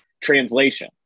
translation